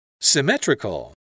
symmetrical